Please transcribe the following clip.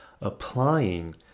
applying